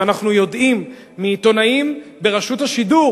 ואנחנו יודעים מעיתונאים ברשות השידור